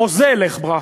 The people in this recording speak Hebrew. הוזה, לך ברח.